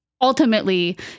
ultimately